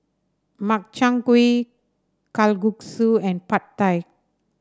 Makchang Gui Kalguksu and Pad Thai